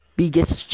biggest